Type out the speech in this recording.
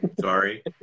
Sorry